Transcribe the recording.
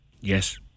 Yes